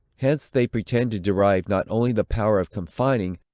hence they pretend to derive not only the power of confining,